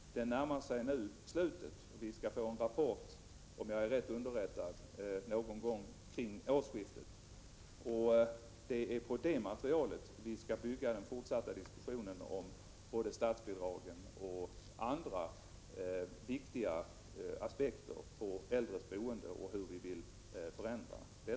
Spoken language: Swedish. Det arbetet närmar sig nu slutet, och vi kan få en rapport, om jag är rätt underrättad, någon gång kring årsskiftet. På det materialet skall vi bygga den fortsatta diskussionen om både statsbidrag och andra viktiga aspekter på de äldres boende och hur vi vill förändra det.